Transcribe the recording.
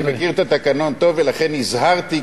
אני מכיר את התקנון טוב ולכן נזהרתי,